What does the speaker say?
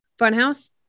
Funhouse